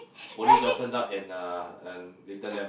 only Johnson duck and a a little lamb